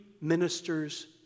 ministers